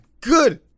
good